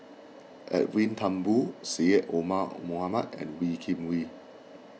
Edwin Thumboo Syed Omar Mohamed and Wee Kim Wee